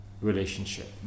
relationship